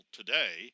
today